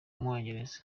umwongereza